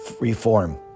reform